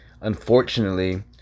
unfortunately